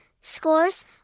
scores